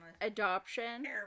adoption